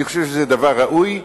אני חושב שזה דבר ראוי,